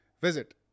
Visit